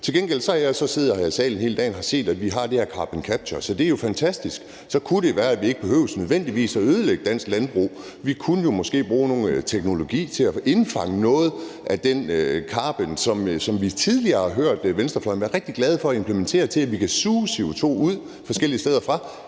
Til gengæld har jeg siddet her i salen hele dagen og har hørt, at vi har det her carbon capture, så det er jo fantastisk. Så kunne det være, at vi ikke nødvendigvis behøver at ødelægge dansk landbrug. Vi kunne jo måske bruge noget teknologi til at indfange noget af den carbon, altså bruge den teknologi, som vi tidligere har hørt venstrefløjen være rigtig glade for at implementere, nemlig en teknologi, som kan suge CO2 ud forskellige steder fra,